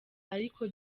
ariko